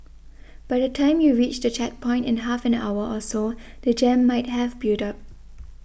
by the time you reach the checkpoint in half an hour or so the jam might have built up